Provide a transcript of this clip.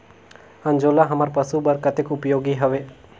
अंजोला हमर पशु बर कतेक उपयोगी हवे?